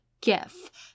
gift